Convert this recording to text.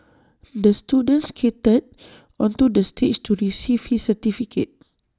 the student skated onto the stage to receive his certificate